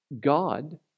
God